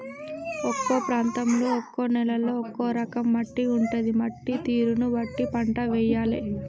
ఒక్కో ప్రాంతంలో ఒక్కో నేలలో ఒక్కో రకం మట్టి ఉంటది, మట్టి తీరును బట్టి పంట వేయాలే